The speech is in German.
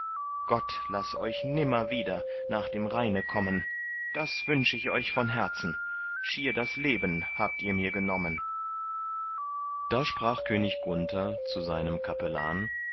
gott laß euch nimmer wieder nach dem rheine kommen das wünsch ich euch von herzen schier das leben habt ihr mir genommen da sprach könig gunther zu seinem kapellan